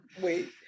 Wait